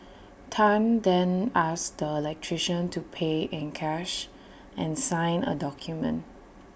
Tan then asked the electrician to pay in cash and sign A document